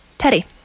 Teddy